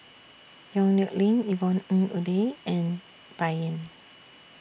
Yong Nyuk Lin Yvonne Ng Uhde and Bai Yan